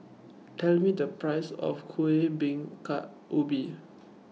Tell Me The Price of Kueh Bingka Ubi